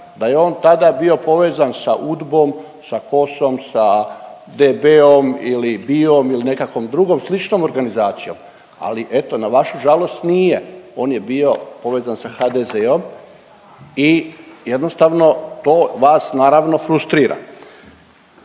da je on tada bio povezan sa UDBOM, sa HOS-om, sa DB-om ili BIOM ili nekakvom drugom sličnom organizacijom, ali eto na vašu žalost nije. On je bio povezan sa HDZ-om i jednostavno to vas naravno frustrira.